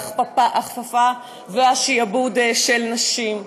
ההכפפה והשעבוד של נשים.